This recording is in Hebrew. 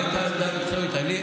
מה הייתה העמדה המקצועית?